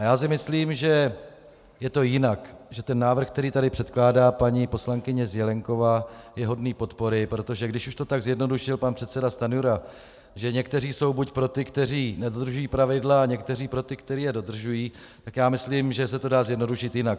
Já si myslím, že je to jinak, že ten návrh, který tady předkládá paní poslankyně Zelienková, je hodný podpory, protože když už to tak zjednodušil pan předseda Stanjura, že někteří jsou pro ty, kteří nedodržují pravidla, a někteří pro ty, kteří je dodržují, tak já myslím, že se to dá zjednodušit jinak.